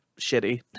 shitty